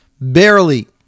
barely